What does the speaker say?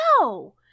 no